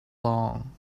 long